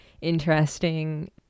interesting